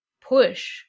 push